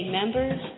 members